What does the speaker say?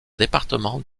département